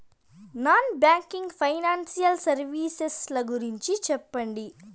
Non banking financial services ల గురించి సెప్పండి?